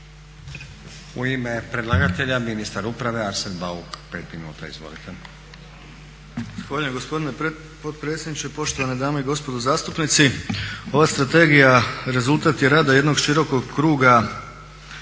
U ime predlagatelja ministar uprave Arsen Bauk, 5 minuta. Izvolite. **Bauk, Arsen (SDP)** Zahvaljujem gospodine potpredsjedniče, poštovane dame i gospodo zastupnici. Ova strategija rezultat je rada jednog širokog kruga